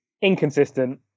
inconsistent